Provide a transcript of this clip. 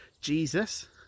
Jesus